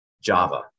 Java